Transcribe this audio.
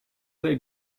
they